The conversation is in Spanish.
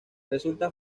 resulta